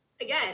again